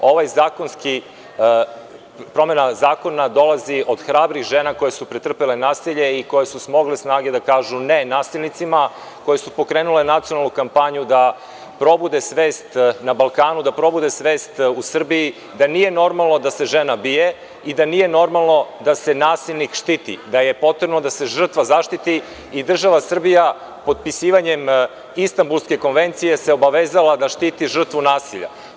Promena Zakona dolazi od hrabrih žena koje su pretrpele nasilje i koje su smogle snage da kažu – ne nasilnicima, koje su pokrenule nacionalnu kampanju da probude svest na Balkanu, da probude svest u Srbiji da nije normalno da se žena bije i da nije normalno da se nasilnik štiti, da je potrebno da se žrtva zaštiti i država Srbija potpisivanjem Istambulske konvencije se obavezala da štiti žrtvu nasilja.